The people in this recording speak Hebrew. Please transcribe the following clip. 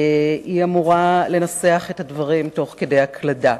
היא אמורה לנסח את הדברים תוך כדי הקלדה,